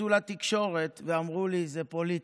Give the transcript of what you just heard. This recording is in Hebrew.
יצאו לתקשורת ואמרו לי: זה פוליטי,